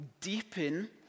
deepen